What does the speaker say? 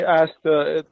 asked